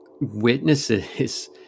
witnesses